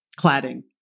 cladding